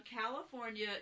California